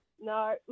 No